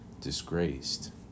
disgraced